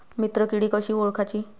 मित्र किडी कशी ओळखाची?